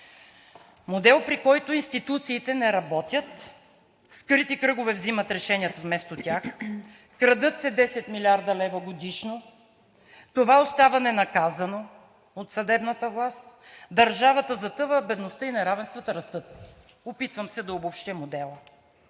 Модел, при който институциите не работят, скрити кръгове взимат решенията вместо тях, крадат се 10 млрд. лв. годишно. Това остава ненаказано от съдебната власт. Държавата затъва, а бедността и неравенствата растат. Опитвам се да обобщя модела.